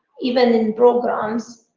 even in programmes,